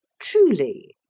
truly!